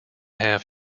half